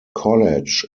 college